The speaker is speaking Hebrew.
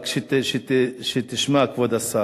רק שתשמע, כבוד השר.